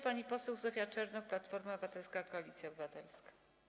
Pani poseł Zofia Czernow, Platforma Obywatelska - Koalicja Obywatelska.